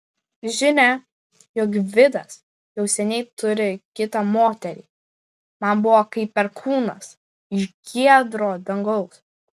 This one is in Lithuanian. žinia jog gvidas jau seniai turi kitą moterį man buvo kaip perkūnas iš giedro dangaus